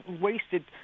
wasted